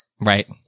Right